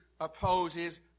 opposes